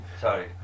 sorry